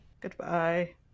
Goodbye